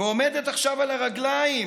ועומדת עכשיו על הרגליים,